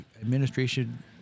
administration